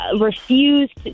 refused